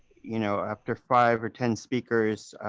you know after five or ten speakers,